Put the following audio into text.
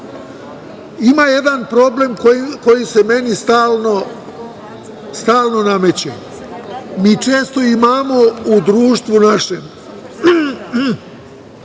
Ima jedan problem koji se meni stalno nameće. Mi često imamo u našem